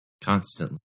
Constantly